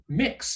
mix